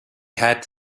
had